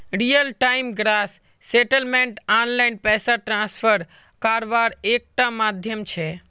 real time gross settlement online पैसा transfer कारवार एक टा माध्यम छे